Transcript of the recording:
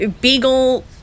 Beagle